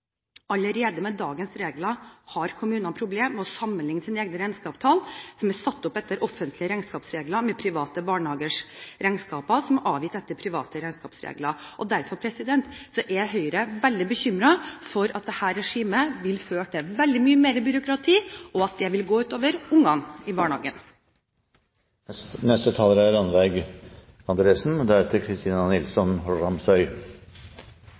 allerede problemer med å sammenligne sine egne regnskapstall, som er satt opp etter offentlige regnskapsregler, med private barnehagers regnskaper, som er avgitt etter private regnskapsregler. Derfor er Høyre veldig bekymret for at dette regimet vil føre til veldig mye mer byråkrati, og at det vil gå ut over ungene i barnehagen. Det er